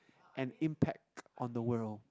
an impact on the world